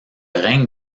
règne